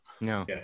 no